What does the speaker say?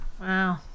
Wow